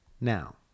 now